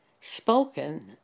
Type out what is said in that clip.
spoken